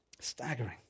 Staggering